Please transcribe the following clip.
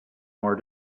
more